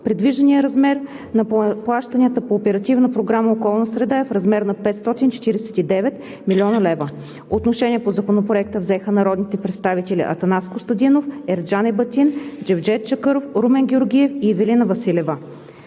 Предвижданият размер на плащанията по Оперативна програма „Околна среда“ е в размер на 549 млн. лв. По Законопроекта взеха отношение народните представители Атанас Костадинов, Ерджан Ебатин, Джевдет Чакъров, Румен Георгиев и Ивелина Василева.